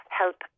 help